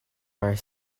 are